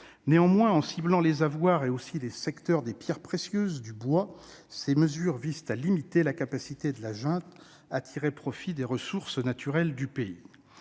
En ciblant tant les avoirs que les secteurs des pierres précieuses et du bois, ces mesures visent à limiter la capacité de la junte à tirer profit des ressources naturelles du pays.